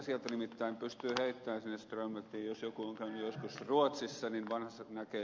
sieltä nimittäin pystyy heittämään sinne strömmeniin jos joku on käynyt joskus ruotsissa niin näkee